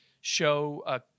show